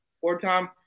four-time